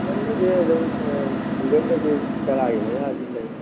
ꯁꯤꯡꯒꯜꯗꯗꯤ ꯑꯗꯨꯝ ꯁꯤꯡꯒꯜꯗꯗꯤ ꯇꯔꯥꯒꯤ ꯃꯌꯥꯗ ꯂꯩ